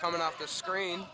coming off the screen